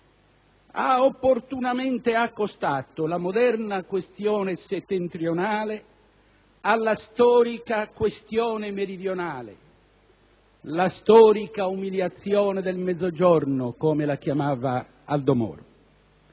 ha opportunamente accostato la moderna questione settentrionale alla storica questione meridionale, la "storica umiliazione del Mezzogiorno", come la chiamava Aldo Moro.